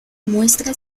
muestra